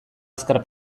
azkar